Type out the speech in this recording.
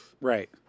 right